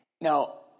Now